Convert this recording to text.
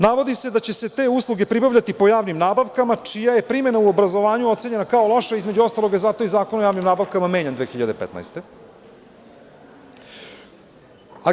Navodi se da će se te usluge pribavljati po javnim nabavkama čija je primena u obrazovanju ocenjena kao loša, između ostalog je zato i Zakon o javnim nabavkama menjan 2015. godine.